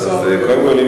אז קודם כול,